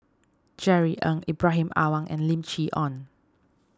Jerry Ng Ibrahim Awang and Lim Chee Onn